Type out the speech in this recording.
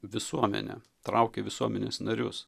visuomenę traukė visuomenės narius